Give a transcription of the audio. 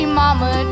mama